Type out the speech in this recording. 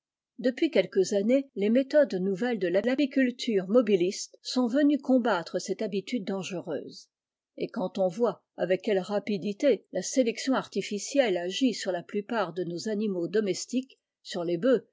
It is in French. depuis quelques années les méthodes nouvelles de l'apiculture mobiliste sont venues combattre cette habitude dangereuse et quand on voit avec quelle rapidité la sélection artificielle agit sur la plupart de nos animaux domestiques sur les bœufs